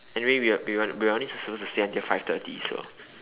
anyway we are we are we are only just suppose to stay until five thirty so